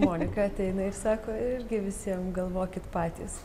monika ateina ir sako irgi visiems galvokit patys